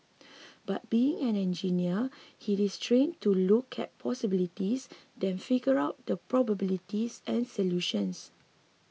but being an engineer he is trained to look at possibilities then figure out the probabilities and solutions